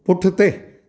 पुठिते